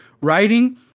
writing